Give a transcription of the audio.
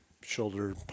shoulder